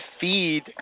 feed